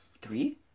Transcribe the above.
three